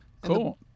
Cool